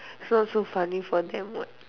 is not so funny for them what